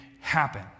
happen